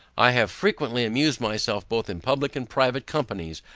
i have frequently amused myself both in public and private companies,